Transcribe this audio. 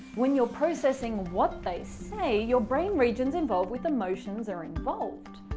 when you're processing what they say your brain regions involved with emotions are involved.